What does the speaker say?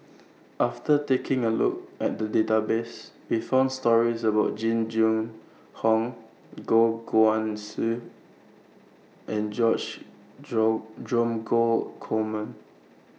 after taking A Look At The Database We found stories about Jing Jun Hong Goh Guan Siew and George Dromgold Coleman